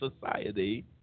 society